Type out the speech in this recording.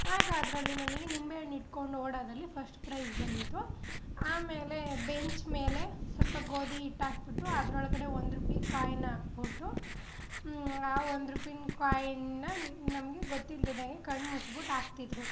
ಆಗ ಅದರಲ್ಲಿ ನನಗೆ ನಿಂಬೆ ಹಣ್ಣು ಇಟ್ಕೊಂಡು ಓಡೋದರಲ್ಲಿ ಫಸ್ಟ್ ಪ್ರೈಝ್ ಬಂದಿತ್ತು ಆಮೇಲೆ ಬೆಂಚ್ ಮೇಲೆ ಸ್ವಲ್ಪ ಗೋಧಿ ಹಿಟ್ಟು ಹಾಕ್ಬಿಟ್ಟು ಅದರೊಳಗಡೆ ಒಂದು ರೂಪೀ ಕಾಯಿನ ಹಾಕ್ಬಿಟ್ಟು ಆ ಒಂದು ರೂಪೀ ಕಾಯಿನ್ನ ನಮಗೆ ಗೊತ್ತಿಲ್ದಿದ್ದಂತೆ ಕಣ್ಣು ಮುಚ್ಬಿಟ್ಟು ಹಾಕ್ತಿದ್ದರು